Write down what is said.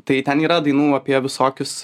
tai ten yra dainų apie visokius